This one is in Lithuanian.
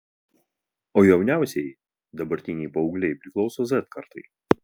o jauniausieji dabartiniai paaugliai priklauso z kartai